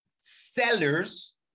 sellers